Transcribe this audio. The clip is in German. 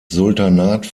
sultanat